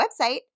website